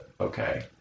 okay